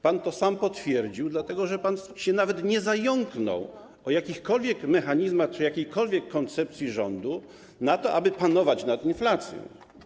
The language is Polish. Pan to sam potwierdził, dlatego że pan się nawet nie zająknął o jakichkolwiek mechanizmach czy jakiejkolwiek koncepcji rządu, aby panować nad inflacją.